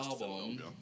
album